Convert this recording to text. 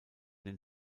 den